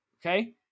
Okay